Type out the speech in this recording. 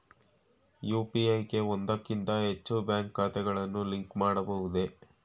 UPI ಗೆ ಒಂದಕ್ಕಿಂತ ಹೆಚ್ಚು ಬ್ಯಾಂಕ್ ಖಾತೆಗಳನ್ನು ಲಿಂಕ್ ಮಾಡಬಹುದೇ?